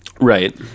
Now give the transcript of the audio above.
Right